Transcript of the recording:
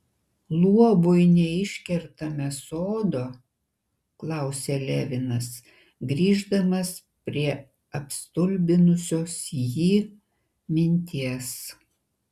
luobui neiškertame sodo klausė levinas grįždamas prie apstulbinusios jį minties